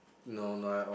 no not at all